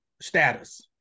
status